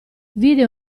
vide